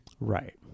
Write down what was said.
Right